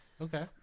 Okay